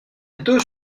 deux